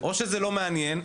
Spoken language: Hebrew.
או שזה לא מעניין,